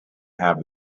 have